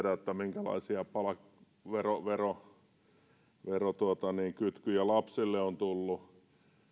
minkälaisia verokytkyjä lapsille on tullut